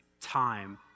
time